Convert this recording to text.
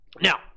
Now